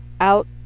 out